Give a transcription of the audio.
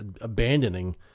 abandoning